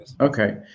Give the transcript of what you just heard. Okay